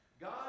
God